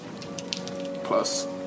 Plus